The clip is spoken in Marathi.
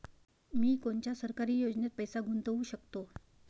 मी कोनच्या सरकारी योजनेत पैसा गुतवू शकतो?